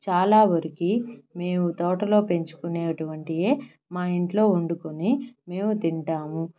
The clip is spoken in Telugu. చాలా వరికి మేము తోటలో పెంచుకునేటువంటియే మా ఇంట్లో వండుకొని మేము తింటాము